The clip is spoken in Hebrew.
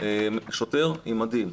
שוטר עם מדים,